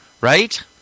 Right